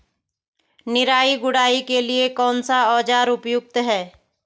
निराई गुड़ाई के लिए कौन सा औज़ार उपयुक्त है?